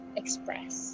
express